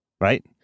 right